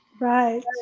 right